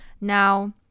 now